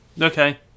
Okay